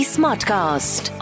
Smartcast